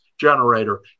generator